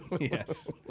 yes